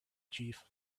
chief